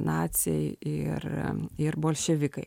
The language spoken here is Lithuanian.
naciai ir ir bolševikai